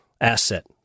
asset